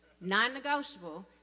non-negotiable